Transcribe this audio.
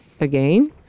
again